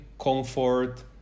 comfort